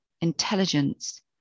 intelligence